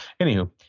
Anywho